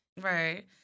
Right